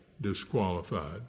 disqualified